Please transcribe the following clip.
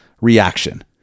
reaction